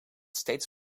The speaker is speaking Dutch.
steeds